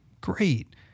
Great